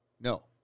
No